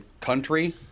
country